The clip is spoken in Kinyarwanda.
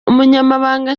umunyamabanga